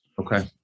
Okay